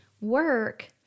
work